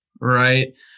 Right